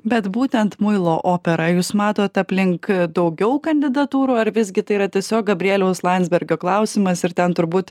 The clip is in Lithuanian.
bet būtent muilo operą jūs matot aplink daugiau kandidatūrų ar visgi tai yra tiesiog gabrieliaus landsbergio klausimas ir ten turbūt